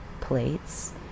plates